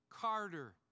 Carter